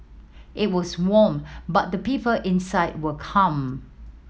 it was warm but the people inside were calm